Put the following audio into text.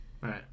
Right